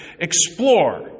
explore